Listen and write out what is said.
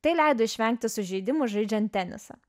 tai leido išvengti sužeidimų žaidžian tenisą